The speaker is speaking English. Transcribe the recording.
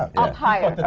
up higher.